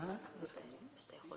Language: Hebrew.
בסעיף 77 אבל אני רוצה